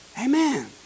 Amen